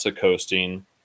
Coasting